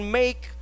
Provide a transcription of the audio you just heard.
make